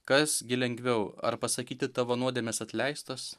kas gi lengviau ar pasakyti tavo nuodėmės atleistos